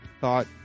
thought